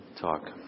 talk